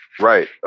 Right